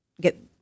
get